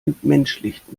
entmenschlicht